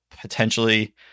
potentially